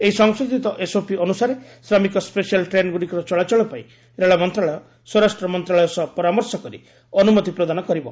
ଏହି ସଂଶୋଧିତ ଏସ୍ଓପି ଅନୁସାରେ ଶ୍ରମିକ ସ୍କେଶାଲ୍ ଟ୍ରେନ୍ଗୁଡ଼ିକର ଚଳାଚଳ ପାଇଁ ରେଳ ମନ୍ତ୍ରଣାଳୟ ସ୍ୱରାଷ୍ଟ୍ର ମନ୍ତ୍ରଣାଳୟ ସହ ପରାମର୍ଶ କରି ଅନୁମତି ପ୍ରଦାନ କରିବ